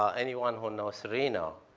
um anyone who knows reno,